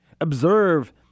Observe